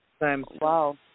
Wow